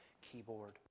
keyboard